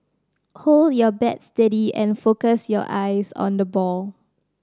hold your bat steady and focus your eyes on the ball